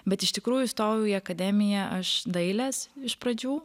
bet iš tikrųjų įstojau į akademiją aš dailės iš pradžių